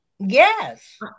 Yes